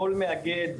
כול מאגד,